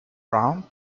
brown